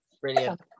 brilliant